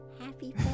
Happy